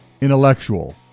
intellectual